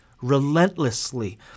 relentlessly